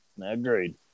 agreed